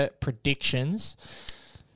predictions